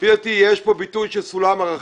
לפי דעתי יש פה ביטוי של סולם ערכים,